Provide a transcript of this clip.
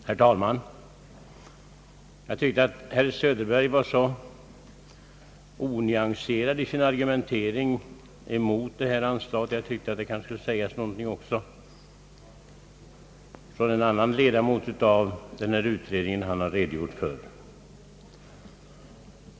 Herr talman! Jag tycker att herr Söderberg var så onyanserad i sin argumentering mot förslaget om bidrag till företagareföreningen i Jämtlands län, att det kanske bör sägas någonting också av en annan ledamot av den utredning som han här har redogjort för.